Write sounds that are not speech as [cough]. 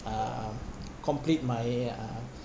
um [noise] complete my uh